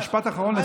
משפט אחרון.